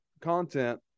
content